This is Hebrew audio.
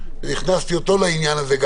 שהכנסתי גם אותו לעניין הזה,